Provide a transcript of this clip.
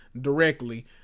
directly